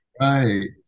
Right